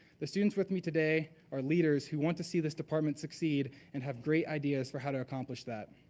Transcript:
the students with me today are leaders who want to see this department succeed and have great ideas for how to accomplish that.